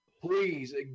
Please